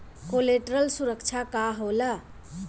Collateral सुरक्षा का होला?